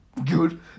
good